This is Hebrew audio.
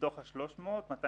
מתוך ה-300 מיליון,